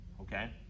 Okay